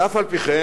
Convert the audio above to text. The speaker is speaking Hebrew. ואף-על-פי-כן,